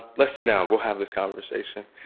let's sit down. we'll have this conversation.